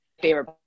favorite